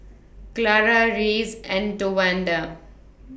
Clara Rhys and Towanda